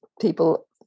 people